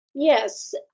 Yes